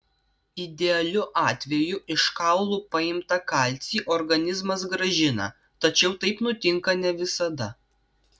idealiu atveju iš kaulų paimtą kalcį organizmas grąžina tačiau taip nutinka ne visada